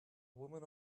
woman